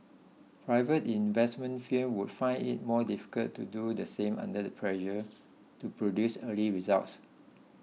private investment firms would find it more difficult to do the same under the pressure to produce early results